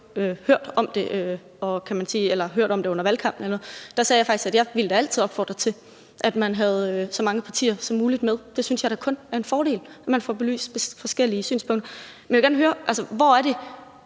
har jo ikke hørt om det under valgkampen eller noget – sagt, at jeg da altid ville opfordre til, at man havde så mange partier som muligt med. Jeg synes da kun, det er en fordel, at man får belyst forskellige synspunkter. Men jeg vil gerne høre: Hvor er det,